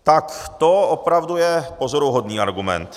Tak to je opravdu pozoruhodný argument.